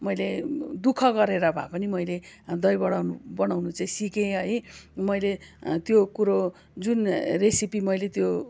मैले दुःख गरेर भए पनि मैले दहीबडा बनाउनु चाहिँ सिकेँ है मैले त्यो कुरो जुन रेसिपी मैले त्यो